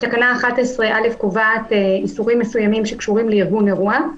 תקנה 11א קובעת איסורים מסוימים שקשורים לארגון אירוע.